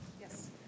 Yes